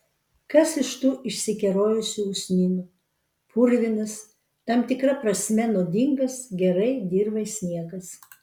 kas iš tų išsikerojusių usnynų purvinas tam tikra prasme nuodingas gerai dirvai sniegas